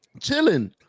Chilling